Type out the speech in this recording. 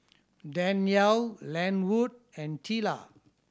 Danyel Lenwood and Teela